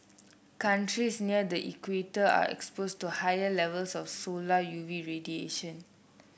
countries near the equator are exposed to higher levels of solar U V radiation